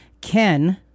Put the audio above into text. Ken